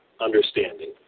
understanding